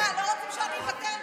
לא רוצים שאני אוותר?